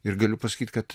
ir galiu pasakyt kad